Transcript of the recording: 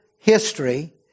history